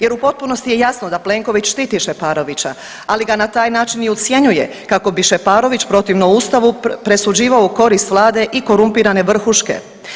Jer u potpunosti je jasno da Plenković štiti Šeparovića, ali ga na taj način i ucjenjuje kako bi Šeparović protivno Ustavu presuđivao u korist Vlade i korumpirane vrhuške.